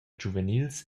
giuvenils